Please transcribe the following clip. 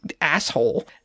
asshole